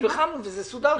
נלחמנו וזה סודר.